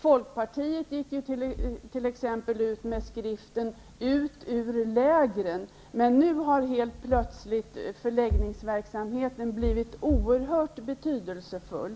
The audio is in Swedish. Folkpartiet t.ex. har ju gett ut skriften Ut ur lägren. Men helt plötsligt har förläggningsverksamheten blivit oerhört betydelsefull.